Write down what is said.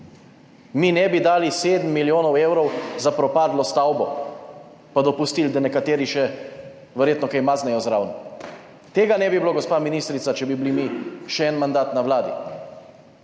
13.20 (Nadaljevanje) za propadlo stavbo, pa dopustili, da nekateri še verjetno kaj maznejo zraven. Tega ne bi bilo, gospa ministrica, če bi bili mi še en mandat na Vladi.